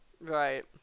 right